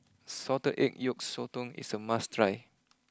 Salted Egg Yolk Sotong is a must try